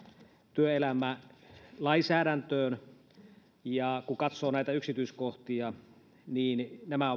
työelämälainsäädäntöön kun katsoo näitä yksityiskohtia niin nämä